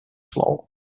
floor